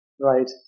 right